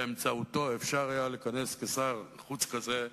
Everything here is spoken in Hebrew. שבאמצעותו אפשר היה לכנס, כשר חוץ כזה,